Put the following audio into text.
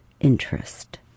interest